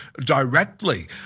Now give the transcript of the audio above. directly